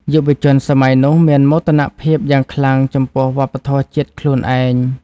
យុវជនសម័យនោះមានមោទនភាពយ៉ាងខ្លាំងចំពោះវប្បធម៌ជាតិខ្លួនឯង។